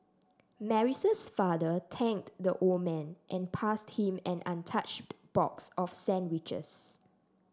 Mary's father thanked the old man and passed him an untouched box of sandwiches